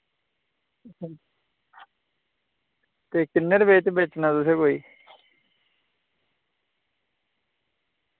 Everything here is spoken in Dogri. ते किन्ने रपे च बेचना तुसें कोई